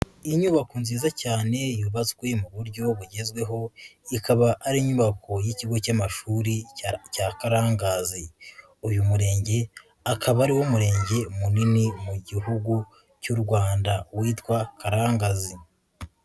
Inyubako nziza cyane yubatswe mu buryo bugezweho, ikaba ari inyubako y'ikigo cy'amashuri cya Karangazi uyu murenge akaba ari wo murenge munini mu gihugu cy'u Rwanda witwa Karangazi.